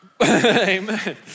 Amen